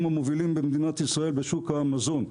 המובילים במדינת ישראל בשוק המזון,